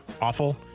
awful